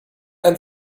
ein